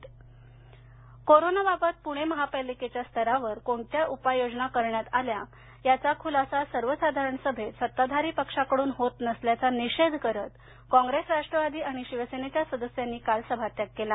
पणे कोरोना बाबत पुणे महापालिकेच्या स्तरावर कोणत्या उपाययोजना करण्यात आल्या याचा खुलासा सर्वसाधारण सभेत सत्ताधारी पक्षाकडून होत नसल्याचा निषेध करत काँग्रेस राष्ट्रवादी आणि शिवसेनेच्या सदस्यांनी काल सभात्याग केला